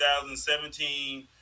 2017